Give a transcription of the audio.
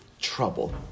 trouble